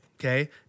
okay